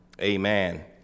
Amen